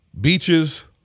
beaches